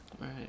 right